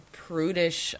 prudish